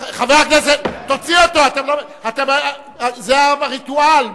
תוציא אותו, זה הריטואל.